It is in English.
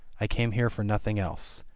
i came here for nothing else.